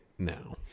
No